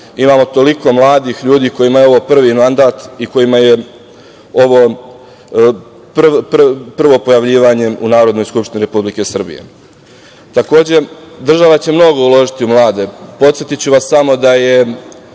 imamo toliko mladih ljudi kojima je ovo prvi mandat i kojima je ovo prvo pojavljivanje u Narodnoj skupštini Republike Srbije. Takođe, država će mnogo uložiti u mlade. Podsetiću vas samo da je